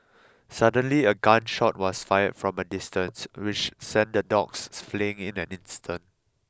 suddenly a gun shot was fired from a distance which sent the dogs fleeing in an instant